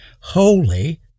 holy